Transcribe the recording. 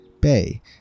bay